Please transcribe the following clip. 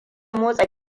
motsa